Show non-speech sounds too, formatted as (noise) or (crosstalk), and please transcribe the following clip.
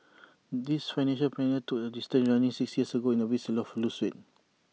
this financial planner took up distance running six years ago in A (unintelligible) to lose weight (noise)